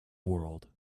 world